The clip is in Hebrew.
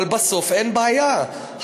אבל בסוף אין בעיה,